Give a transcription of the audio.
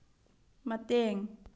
ꯃꯇꯦꯡ